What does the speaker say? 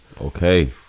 Okay